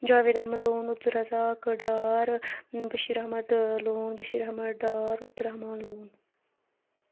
Javed Ahmad Lone Abdul Razaq Dar Bashir Ahmad Lone Bashir Ahmad Dar Abdul Rahman لون